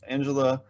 Angela